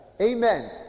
amen